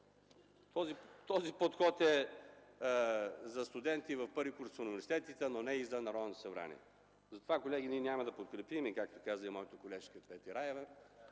Този подход е за студенти в първи курс на университетите, но не и за Народното събрание. Колеги, ние няма да го подкрепим, както каза и моята колежка Петя Раева.